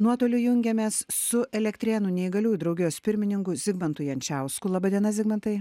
nuotoliu jungiamės su elektrėnų neįgaliųjų draugijos pirmininku zigmantu jančiausku laba diena zigmantai